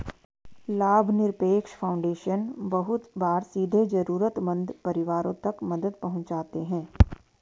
लाभनिरपेक्ष फाउन्डेशन बहुत बार सीधे जरूरतमन्द परिवारों तक मदद पहुंचाते हैं